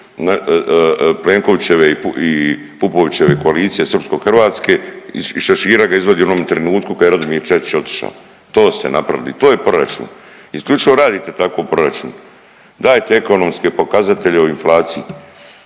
Plenkovićeve i Pupovčeve koalicije srpskohrvatske iz šešira ga izvadio u onom trenutku kad je Radomir Čačić otiša, to ste napravili, to je proračun. Isključivo radite tako proračun. Dajte ekonomske pokazatelje o inflaciji,